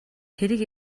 тэрэг